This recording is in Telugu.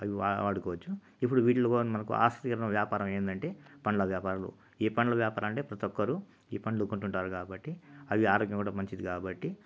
అవి బాగా వాడుకోవచ్చు ఇప్పుడు వీటిలో కూడా మనకి ఆస్తికరమైన వ్యాపారం ఏంటంటే పండ్ల వ్యాపారులు ఈ పండ్ల వ్యాపారం అంటే ప్రతి ఒక్కరు ఈ పండ్లు కొంటూ ఉంటారు కాబట్టి అవి ఆరోగ్యానికి కూడా మంచిది కాబట్టి